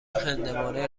هندوانه